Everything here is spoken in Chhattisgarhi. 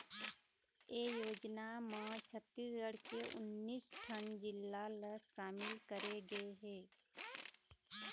ए योजना म छत्तीसगढ़ के उन्नीस ठन जिला ल सामिल करे गे हे